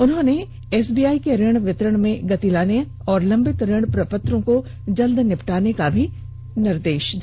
उन्होंने एसबीआई को ऋण के वितरण में गति लाने और लंबित ऋण प्रपत्रों को जल्द से जल्द निपटाने का भी निर्देश दिया